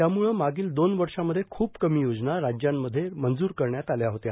त्यामुळं मागील दोन वर्षामध्ये खूप कमी योजना राज्यांमध्ये मंजूर करण्यात आल्या होत्या